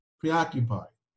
preoccupied